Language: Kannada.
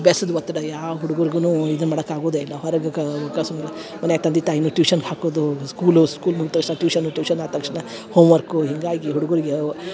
ಅಭ್ಯಾಸದ ಒತ್ತಡ ಯಾವ ಹುಡ್ಗುರ್ಗುನೂ ಇದನ್ನ ಮಾಡಕ್ಕೆ ಆಗೋದೆ ಇಲ್ಲ ಹೊರ್ಗ ಕಸ ಮನೆಯಾಗ ತಂದೆ ತಾಯಿನು ಟ್ಯೂಷನ್ಗ ಹಾಕೋದು ಸ್ಕೂಲ್ ಸ್ಕೂಲ್ ಮುಗ್ದ ತಕ್ಷಣ ಟ್ಯೂಷನು ಟ್ಯೂಷನ್ ಆದ ತಕ್ಷಣ ಹೋಮ್ ವರ್ಕು ಹೀಗಾಗಿ ಹುಡ್ಗುರಿಗೆ